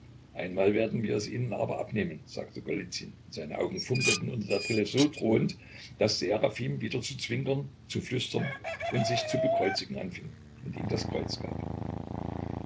einmal werden wir es ihnen aber abnehmen sagte golizyn und seine augen funkelten unter der brille so drohend daß seraphim wieder zu zwinkern zu flüstern und sich zu bekreuzigen anfing und ihm das kreuz gab